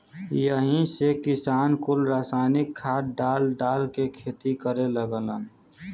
यही से किसान कुल रासायनिक खाद डाल डाल के खेती करे लगलन